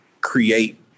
create